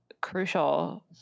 crucial